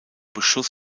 beschuss